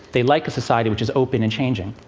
they like a society which is open and changing.